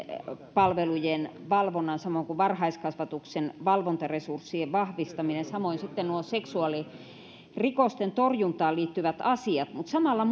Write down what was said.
palvelujen valvonnan samoin kuin varhaiskasvatuksen valvontaresurssien vahvistaminen samoin sitten nuo seksuaalirikosten torjuntaan liittyvät asiat mutta samalla